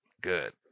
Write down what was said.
Good